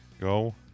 Go